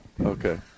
Okay